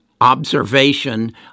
observation